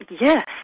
Yes